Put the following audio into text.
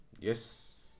Yes